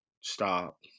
stop